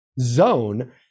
zone